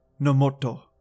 Nomoto